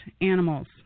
animals